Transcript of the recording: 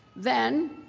then,